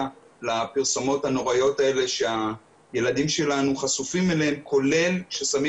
לפרסומות הנוראיות האלה שהילדים שלנו חשופים אליהן כולל ששמים